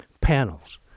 panels